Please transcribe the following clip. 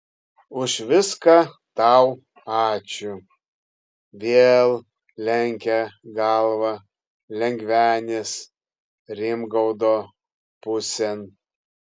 už viską tau ačiū vėl lenkė galvą lengvenis rimgaudo pusėn